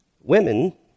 Women